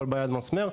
כל בעיה זה מסמר.